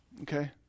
okay